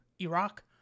Iraq